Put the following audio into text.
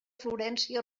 florència